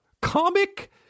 Comic